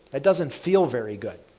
that doesn't feel very good.